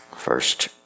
first